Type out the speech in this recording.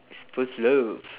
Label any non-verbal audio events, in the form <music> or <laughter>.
<noise> first love